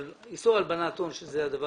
אבל איסור הלבנת הון הוא הדבר